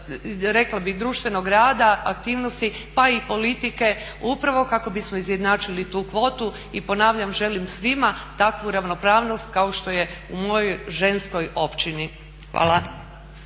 rekla bih društvenog rada, aktivnosti pa i politike upravo kako bismo izjednačili tu kvotu. I ponavljam, želim svima takvu ravnopravnost kao što je u mojoj ženskoj općini. Hvala.